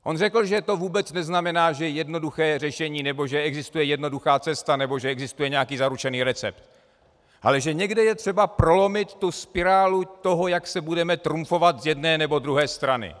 On řekl, že to vůbec neznamená, že je jednoduché řešení nebo že existuje jednoduchá cesta nebo že existuje nějaký zaručený recept, ale že někde je třeba prolomit tu spirálu toho, jak se budeme trumfovat z jedné nebo druhé strany.